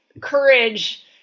courage